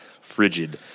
frigid